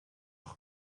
dans